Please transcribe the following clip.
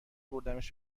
بردمش